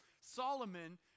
Solomon